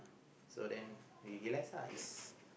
so then we we realise lah it's